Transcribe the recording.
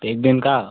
एक दिन का